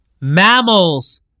mammals